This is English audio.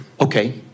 Okay